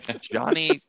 Johnny